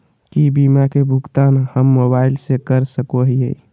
की बीमा के भुगतान हम मोबाइल से कर सको हियै?